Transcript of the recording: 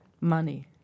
money